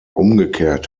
umgekehrt